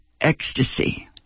ecstasy